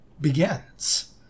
begins